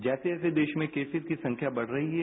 जैसे जैसे देश में केसेस की संख्या बढ़ रही है